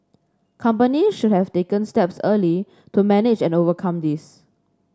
companies should have taken steps early to manage and overcome this